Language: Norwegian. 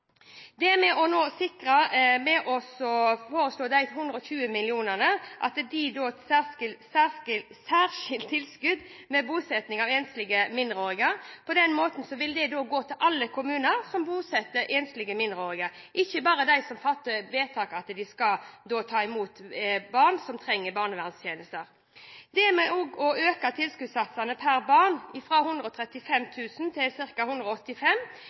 styrkes med 120 mill. kr ved bosetting av enslige mindreårige flyktninger. På den måten vil dette gå til alle kommuner som bosetter enslige mindreårige flyktninger, ikke bare til dem som fatter vedtak om at de skal ta imot barn som trenger barneverntjenester. Det er med på å øke tilskuddssatsene per barn, fra 135 000 kr til ca. 185